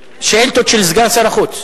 שאילתות אל סגן שר החוץ.